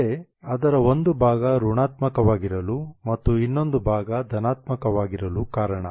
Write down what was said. ಇದೇ ಅದರ ಒಂದು ಭಾಗ ಋಣಾತ್ಮಕವಾಗಿರಲು ಮತ್ತು ಇನ್ನೊಂದು ಭಾಗ ಧನಾತ್ಮಕವಾಗಿರಲು ಕಾರಣ